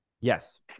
yes